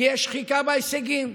כי יש שחיקה בהישגים.